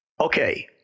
okay